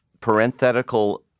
parenthetical